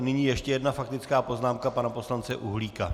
Nyní ještě jedna faktická poznámka pana poslance Uhlíka.